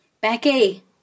Becky